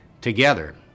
together